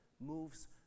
moves